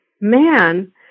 man